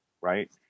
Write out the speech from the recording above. Right